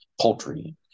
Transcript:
poultry